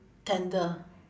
tender